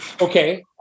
okay